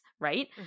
right